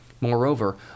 Moreover